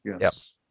Yes